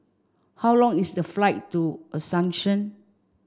how long is the flight to Asuncion